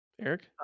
Eric